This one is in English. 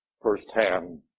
first-hand